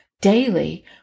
daily